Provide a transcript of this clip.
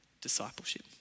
discipleship